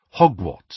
Hogwarts